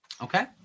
Okay